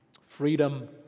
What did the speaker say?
Freedom